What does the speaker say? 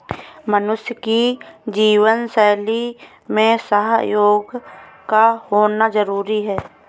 मनुष्य की जीवन शैली में सहयोग का होना जरुरी है